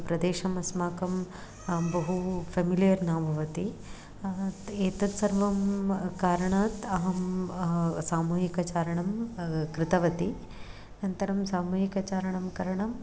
प्रदेशम् अस्माकं बहु फ़ेमिलियर् न भवति एतत् सर्वं कारणात् अहं अहा सामूहिकचारणं कृतवती अनन्तरं सामूहिकचारणं करणं